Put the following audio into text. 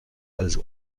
als